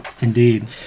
Indeed